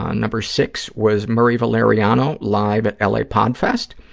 ah number six was murray valeriano live at l. a. podfest.